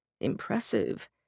Impressive